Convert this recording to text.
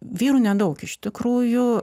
vyrų nedaug iš tikrųjų